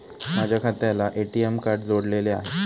माझ्या खात्याला ATM card जोडलेले आहे